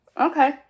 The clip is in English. Okay